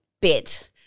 bit